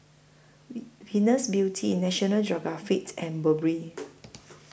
Venus Beauty National Geographic and Burberry